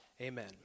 amen